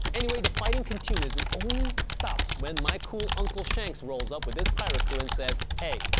anyways the fighting continues and only stops when my cool uncle shanks rolls up with his pirate crew and says hey